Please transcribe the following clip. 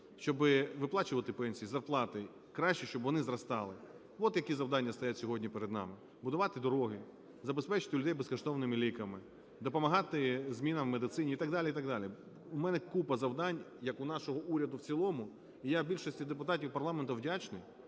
щоби виплачувати пенсії, зарплати, краще, щоб вони зростали. От які завдання стоять сьогодні перед нами: будувати дороги, забезпечити людей безкоштовними ліками, допомагати змінами в медицині і так далі і так далі. В мене купа завдань, як у нашого уряду в цілому. Я більшості депутатів парламенту вдячний,